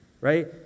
right